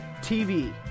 TV